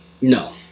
No